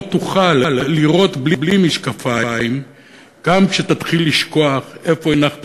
תוכל/ לראות בלי משקפיים,/ גם כשתתחיל לשכוח/ איפה הנחת